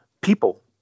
people